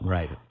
Right